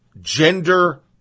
Gender